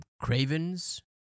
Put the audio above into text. cravens